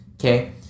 Okay